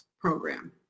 program